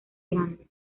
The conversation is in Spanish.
grandes